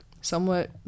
somewhat